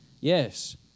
Yes